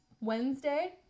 Wednesday